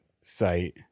site